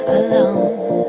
alone